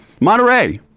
Monterey